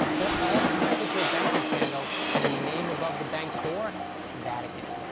they're all connected to a banking scandal, and the name above the bank's door vatican.